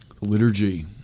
Liturgy